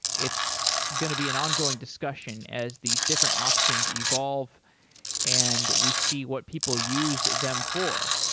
it's going to be an ongoing discussion as these different options evolve and we see what people use them for.